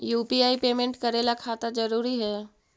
UPI payment करे ला खाता जरूरी है?